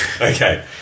Okay